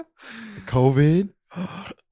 COVID